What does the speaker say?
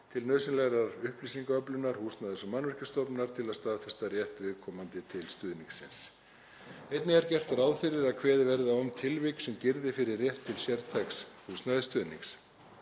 til nauðsynlegrar upplýsingaöflunar Húsnæðis- og mannvirkjastofnunar til að staðfesta rétt viðkomandi til stuðningsins. Einnig er gert ráð fyrir að kveðið verði á um tilvik sem girði fyrir rétt til sértæks húsnæðisstuðnings.